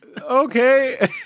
okay